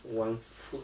one food